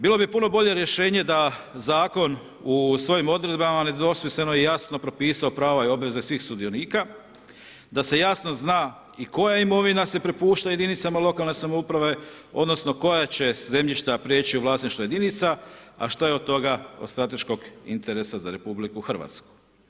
Bilo bi puno bolje rješenje da zakon u svojim odredbama nedvosmisleno i jasno propisao prava i obveze svih sudionika, da se jasno zna i koja imovina se prepušta jedinicama lokalne samouprave odnosno koja će zemljišta prijeći u vlasništvo jedinica, a šta je od toga od strateškog interesa za RH.